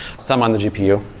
some on the gpu.